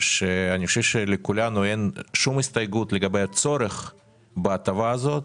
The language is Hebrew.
שאני חושב שלכולנו אין שום הסתייגות לגבי הצורך בהטבה הזאת